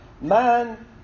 Man